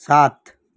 સાત